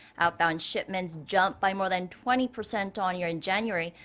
outbound shipments jumped by more than twenty percent on-year in january.